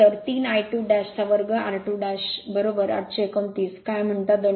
तर 3 I22r2829 काय म्हणतात 250